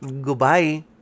Goodbye